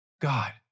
God